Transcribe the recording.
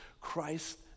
Christ